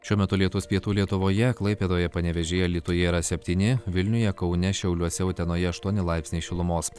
šiuo metu lietus pietų lietuvoje klaipėdoje panevėžyje alytuje yra septyni vilniuje kaune šiauliuose utenoje aštuoni laipsniai šilumos